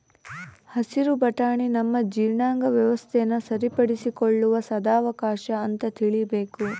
ಹಸಿರು ಬಟಾಣಿ ನಮ್ಮ ಜೀರ್ಣಾಂಗ ವ್ಯವಸ್ಥೆನ ಸರಿಪಡಿಸಿಕೊಳ್ಳುವ ಸದಾವಕಾಶ ಅಂತ ತಿಳೀಬೇಕು